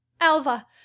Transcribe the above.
Alva